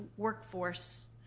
workforce,